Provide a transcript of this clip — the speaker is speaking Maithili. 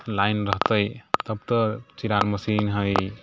लाइन रहतै तब तऽ चिरान मशीन हइ